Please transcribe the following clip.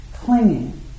clinging